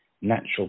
natural